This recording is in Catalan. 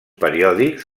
periòdics